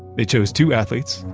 they choose two athletes,